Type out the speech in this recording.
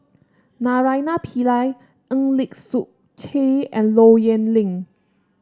Naraina Pillai Eng Lee Seok Chee and Low Yen Ling